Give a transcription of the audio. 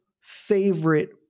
favorite